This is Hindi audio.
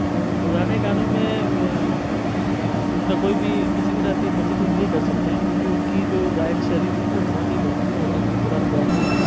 तो पुराने गानों में उसका कोई भी किसी के साथ भी नहीं कर सकते हैं क्योंकि उनकी जो गायन शैली थी वो बहुत ही बेहतरीन होती थी पुराने गायकों की